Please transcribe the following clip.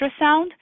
ultrasound